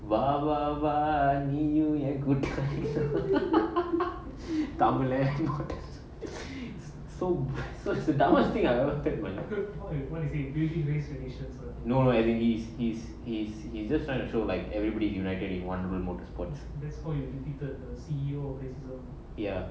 !wah! !wah! !wah! நீயும் உன் கூட்டாளி:neeum un kootalii தமிழன்:tamizhan domestic contest so so it's a downward thing I'm apartment lah group or you wanna say usually race relations no no elderly's is is you just trying to show like everybody you like getting wonderful motor sports that's for you repeated see oh ya